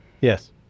Yes